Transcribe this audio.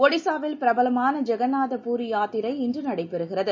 ஒடிசாவில் பிரபலமான ஜெகந்நாத பூரி யாத்திரை இன்று நடைபெறுகிறது